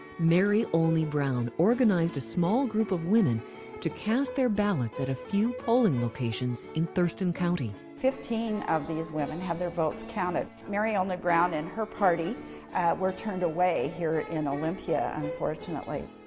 mary olney brown organized a small group of women to cast their ballots at a few polling locations in thurston county. stevenson fifteen of these women have their votes counted. mary olney-brown and her party were turned away here in olympia, unfortunately.